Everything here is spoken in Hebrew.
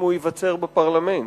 אם הוא ייווצר בפרלמנט.